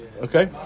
Okay